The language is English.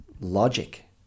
logic